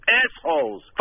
assholes